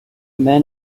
men